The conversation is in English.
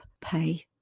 pay